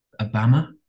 Obama